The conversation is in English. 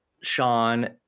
Sean